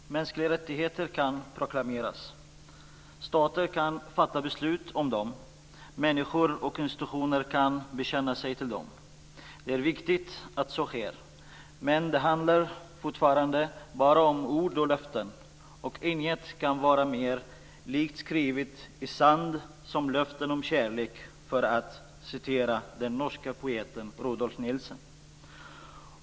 Herr talman! Mänskliga rättigheter kan proklameras. Stater kan fatta beslut om dem. Människor och institutioner kan bekänna sig till dem. Det är viktigt att så sker. Men det handlar fortfarande bara om ord och löften, och inget kan vara mer "likt skrivet i sand som löften om kärlek", för att citera den norske poeten Rudolf Nilsen.